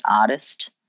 artist